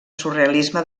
surrealisme